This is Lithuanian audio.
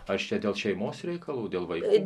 aš čia dėl šeimos reikalų dėl vaikų